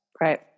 Right